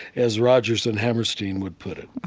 as rodgers and hammerstein would put it,